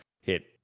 hit